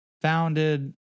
founded